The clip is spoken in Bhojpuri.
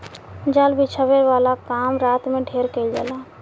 जाल बिछावे वाला काम रात में ढेर कईल जाला